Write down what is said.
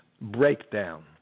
breakdown